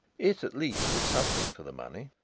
it, at least, is something for the money.